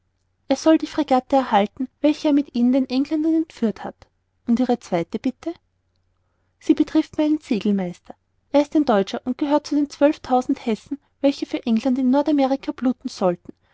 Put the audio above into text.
er soll die fregatte erhalten welche er mit ihnen den engländern entführt hat und ihre zweite bitte sie betrifft meinen segelmeister er ist ein deutscher und gehörte zu den zwölftausend hessen welche für england in nordamerika bluten sollten